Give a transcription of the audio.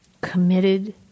committed